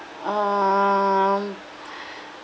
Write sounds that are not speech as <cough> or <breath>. um <breath>